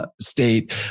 state